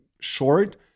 short